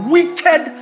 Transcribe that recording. Wicked